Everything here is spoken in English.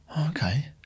Okay